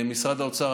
משרד האוצר,